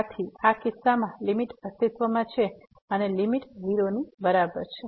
આથી આ કિસ્સામાં લીમીટ અસ્તિત્વમાં છે અને લીમીટ 0 ની બરાબર છે